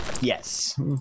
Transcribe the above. Yes